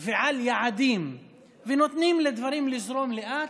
ועל יעדים ונותנים לדברים לזרום לאט.